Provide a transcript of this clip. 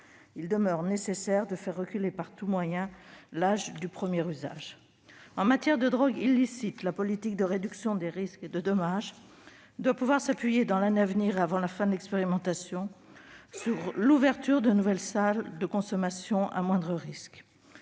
Il demeure nécessaire de faire reculer, par tous moyens, l'âge du premier usage. En matière de drogues illicites, la politique de réduction des risques et des dommages doit pouvoir s'appuyer, dans l'année à venir, et avant la fin de l'expérimentation, sur l'ouverture de nouvelles salles de consommation à moindre risque.